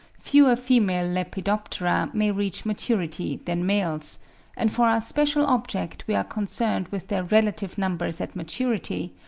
fewer female lepidoptera may reach maturity than males and for our special object we are concerned with their relative numbers at maturity,